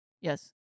Yes